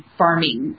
farming